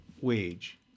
wage